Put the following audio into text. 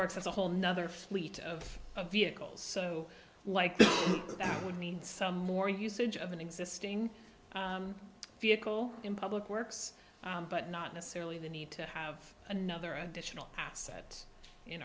parks as a whole nother fleet of vehicles so like that would mean some more usage of an existing vehicle in public works but not necessarily the need to have another additional asset in